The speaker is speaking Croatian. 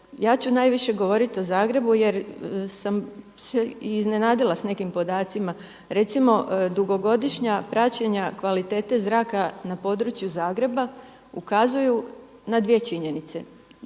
Ja ću najviše govoriti o Zagrebu jer sam se i iznenadila sa nekim podacima. Recimo dugogodišnja praćenja kvalitete Zraka na području Zagreba ukazuju na dvije činjenice.